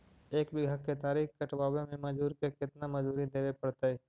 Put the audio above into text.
एक बिघा केतारी कटबाबे में मजुर के केतना मजुरि देबे पड़तै?